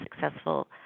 successful